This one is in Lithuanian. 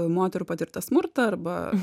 moterų patirtą smurtą arba